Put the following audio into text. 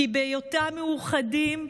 כי בהיותם מאוחדים,